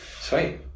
Sweet